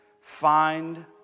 find